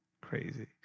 crazy